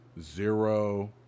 zero